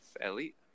elite